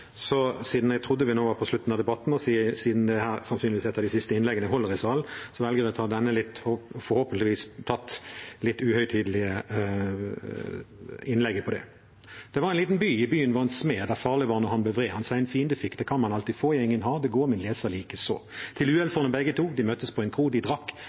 Siden jeg trodde vi nå var på slutten av debatten, og siden dette sannsynligvis er et av de siste innleggene jeg holder i salen, velger jeg å ta dette litt uhøytidelig innlegget: «Der var en liden Bye, i Byen var en Smed, Som farlig var, naar han blev vred. Han sig en Fiende fik; Til Uhæld for dem begge to De træffes i en Kroe. De drak Som sagt, de